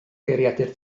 geiriadur